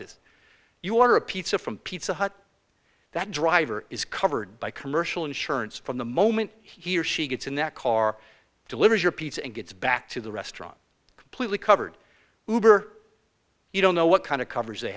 this you order a pizza from pizza hut that driver is covered by commercial insurance from the moment he or she gets in that car delivers your pizza and gets back to the restaurant completely covered hoover you don't know what kind of covers they